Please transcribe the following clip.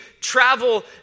travel